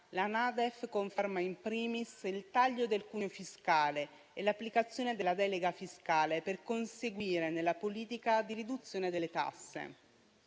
la NADEF conferma *in primis* il taglio del cuneo fiscale e l'applicazione della delega fiscale per proseguire nella politica di riduzione delle tasse,